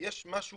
יש משהו